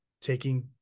taking